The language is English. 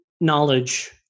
knowledge